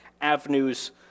avenues